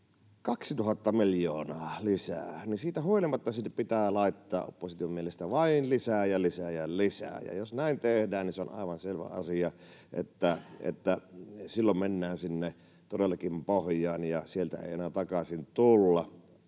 2 000 miljoonaa lisää. Siitä huolimatta sinne pitää laittaa opposition mielestä vain lisää ja lisää ja lisää. Ja jos näin tehdään, niin se on aivan selvä asia, että silloin mennään todellakin pohjaan ja sieltä ei enää takaisin tulla.